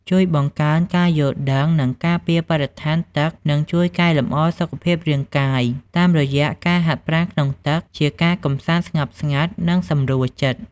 ជួយបង្កើនការយល់ដឹង និងការពារបរិស្ថានទឹកនិងជួយកែលម្អសុខភាពរាងកាយ តាមរយៈការហាត់ប្រាណក្នុងទឹក ជាការកម្សាន្តស្ងប់ស្ងាត់ និងសម្រួលចិត្ត។